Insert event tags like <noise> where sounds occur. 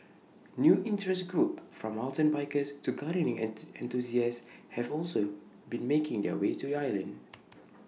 new interest groups from mountain bikers to gardening <unintelligible> enthusiasts have also been making their way to the island